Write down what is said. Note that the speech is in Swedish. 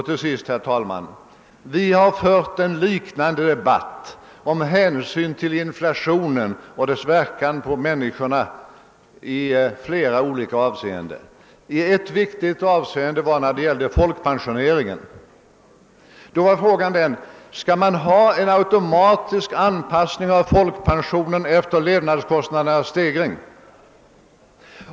Till sist: Vi har i flera olika sammanhang fört en liknande debatt om hänsyn till inflationen och dess verkan för människorna. Mycket viktig var den frågan när det gällde folkpensioneringen. Skulle vi ha en automatisk anpassning uppåt av fokpensionen efter levnadskostnadernas stegring?